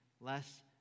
less